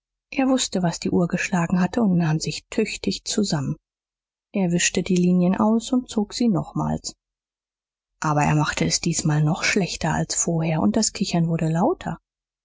er wußte was die uhr geschlagen hatte und nahm sich tüchtig zusammen er wischte die linien aus und zog sie nochmals aber er machte es diesmal noch schlechter als vorher und das kichern wurde lauter